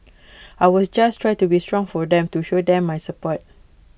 I was just try to be strong for them to show them my support